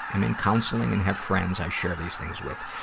i'm in counseling and have friends i share these things with.